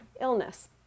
illness